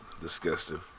Disgusting